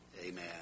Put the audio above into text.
Amen